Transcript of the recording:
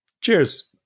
Cheers